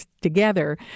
together